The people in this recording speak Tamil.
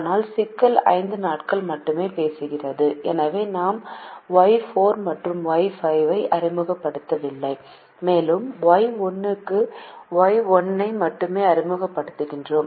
ஆனால் சிக்கல் 5 நாட்கள் மட்டுமே பேசுகிறது எனவே நாம் Y4 மற்றும் Y5 ஐ அறிமுகப்படுத்தவில்லை மேலும் Y1 க்கு Y1 ஐ மட்டுமே அறிமுகப்படுத்துகிறோம்